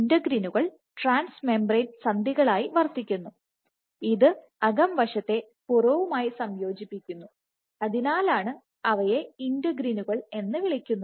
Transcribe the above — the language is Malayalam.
ഇന്റഗ്രിനുകൾ ട്രാൻസ് മെംബ്രൻ സന്ധികളായി വർത്തിക്കുന്നു അത് അകം വശത്തെ പുറവുമായി സംയോജിപ്പിക്കുന്ന അതിനാലാണ് അവയെ ഇന്റഗ്രിനുകൾ എന്ന് വിളിക്കുന്നത്